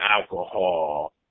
alcohol